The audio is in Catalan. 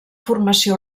formació